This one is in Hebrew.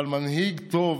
אבל מנהיג טוב